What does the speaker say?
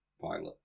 pilot